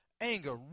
anger